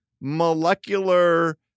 molecular